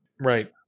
Right